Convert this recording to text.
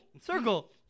circle